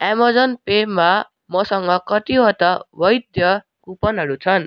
Amazon पेमा मसँग कतिवटा वैध कुपनहरू छन्